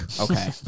okay